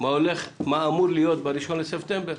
מה אמור להיות ב-1 בספטמבר.